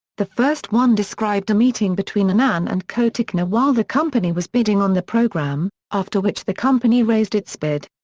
the first one described a meeting between annan and cotecna while the company was bidding on the programme, after which the company raised its bid.